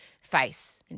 face